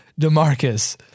Demarcus